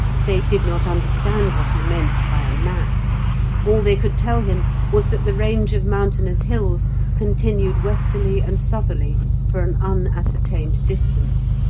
they did not understand what he meant by a map all they could tell him was that the range of mountainous hills continued westerly and southerly for an unascertained distance,